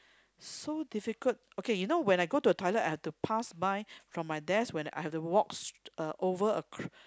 so difficult okay you know when I go to the toilet I have to pass by from my desk when I have to walk s~ uh over ac~